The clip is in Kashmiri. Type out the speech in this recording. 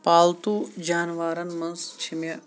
پالتوٗ جاناوارن منٛز چھِ مےٚ